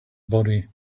body